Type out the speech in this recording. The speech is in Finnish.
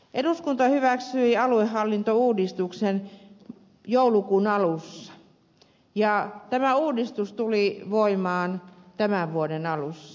eduskunta hyväksyi aluehallintouudistuksen joulukuun alussa ja tämä uudistus tuli voimaan tämän vuoden alussa